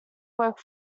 work